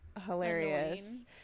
hilarious